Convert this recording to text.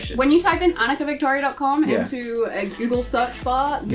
when you type in annikavictoria dot com into a google search bar,